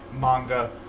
manga